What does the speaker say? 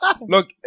Look